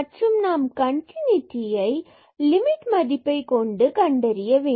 மற்றும் நாம் கன்டினுட்டியை லிமிட் மதிப்பை கொண்டு கண்டறிய வேண்டும்